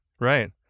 right